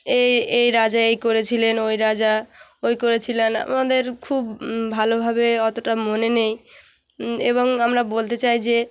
এই এই রাজা এই করেছিলেন ওই রাজা ওই করেছিলেন আমাদের খুব ভালোভাবে অতোটা মনে নেই এবং আমরা বলতে চাই যে